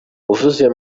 uvuze